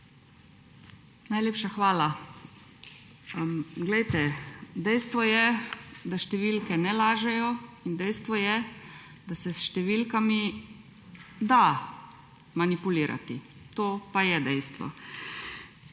Najlepša hvala. Dejstvo je, da številke ne lažejo, in dejstvo je, da se s številkami da manipulirati. To pa je dejstvo.